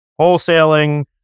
wholesaling